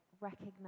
recognize